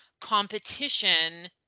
competition